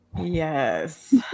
Yes